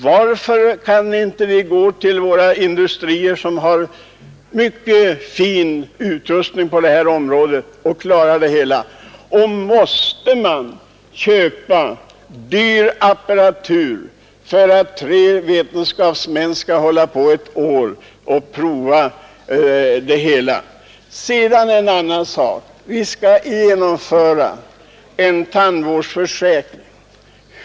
Varför kan vi inte gå till våra industrier som har mycket bra utrustning på det här området och låta dem klara det hela? Måste man köpa dyr apparatur för att tre vetenskapsmän skall hålla på ett år och prova det hela? Sedan en annan sak. Vi skall genomföra en tandvårdsförsäkring.